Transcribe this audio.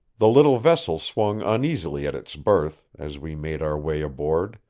the little vessel swung uneasily at its berth as we made our way aboard,